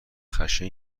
خشن